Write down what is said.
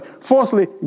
Fourthly